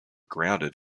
grounded